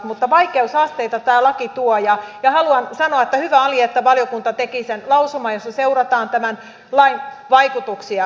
mutta vaikeusasteita tämä laki tuo ja haluan sanoa että hyvä oli että valiokunta teki sen lausuman jossa seurataan tämän lain vaikutuksia